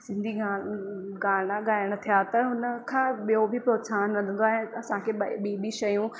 सिंधी गान गाना ॻाइण थिया त हुनखां ॿियो बि प्रोत्साहनु वधंदो आहे असांखे ॿी बि शयूं